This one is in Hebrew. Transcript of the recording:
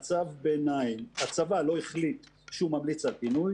------ הצבא לא החליט שהוא ממליץ על פינוי,